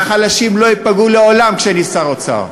והחלשים לא ייפגעו לעולם כשאני שר אוצר.